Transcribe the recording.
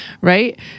right